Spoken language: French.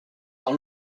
dans